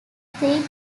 three